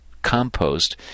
compost